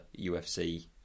UFC